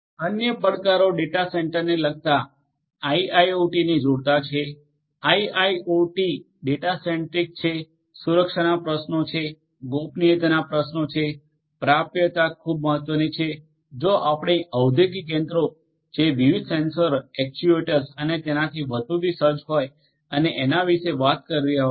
અન્ય પડકારો ડેટા સેન્ટરને લગતા આઈઆઈઓટીને જોડતા છે આઈઆઈઓટી ડેટા સેન્ટ્રિક છે સુરક્ષાના પ્રશ્નો છે ગોપનીયતા ના પ્રશ્નો છે પ્રાપ્યતા ખૂબ મહત્વની છે જો આપણે ઔદ્યોગિક યંત્રો જે વિવિધ સેન્સર એક્ટ્યુએટર્સ અને તેનાથી વધુથી સજ્જ હોય અને એના વિશે વાત કરી રહ્યા હોય તો